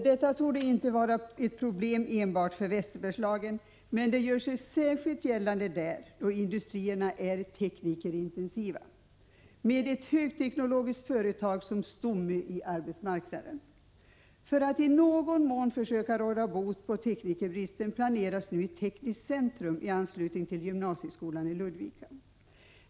Detta torde inte vara ett problem enbart för Västerbergslagen, men det gör sig särskilt gällande där då industrierna är teknikerintensiva, med ett högteknologiskt företag som stomme i arbetsmarknaden. För att i någon mån försöka råda bot på teknikerbristen planeras ett tekniskt centrum i anslutning till gymnasieskolan i Ludvika.